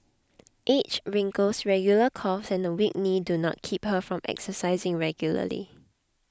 age wrinkles regular coughs and a weak knee do not keep her from exercising regularly